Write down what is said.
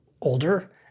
older